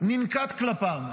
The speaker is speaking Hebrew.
ננקט כלפיהם.